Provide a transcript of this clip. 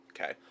Okay